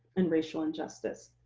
and racial injustice.